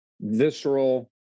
visceral